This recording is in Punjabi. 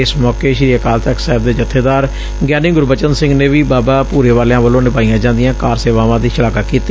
ਇਸ ਮੌਕੇ ਸ੍ਰੀ ਅਕਾਲ ਤਖ਼ਤ ਸਾਹਿਬ ਦੇ ਜਬੇਦਾਰ ਗਿਆਨੀ ਗੁਰਬਚਨ ਸਿੰਘ ਨੇ ਵੀ ਬਾਬਾ ਭੁਰੀਵਾਲਿਆਂ ਵੱਲੋਂ ਨਿਭਾਈਆਂ ਜਾਂਦੀਆਂ ਕਾਰ ਸੇਵਾਵਾਂ ਦੀ ਸ਼ਲਾਘਾ ਕੀਤੀ